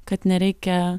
kad nereikia